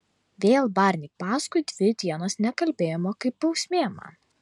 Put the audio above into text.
vėl barniai paskui dvi dienos nekalbėjimo kaip bausmė man